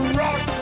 rock